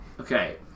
Okay